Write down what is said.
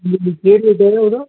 जी केह् रेट ऐ एह्दा